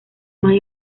más